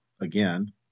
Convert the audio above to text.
again